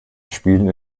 spielen